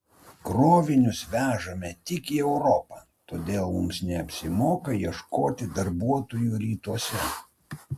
krovinius vežame tik į europą todėl mums neapsimoka ieškoti darbuotojų rytuose